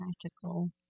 practical